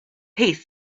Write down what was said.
piece